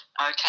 Okay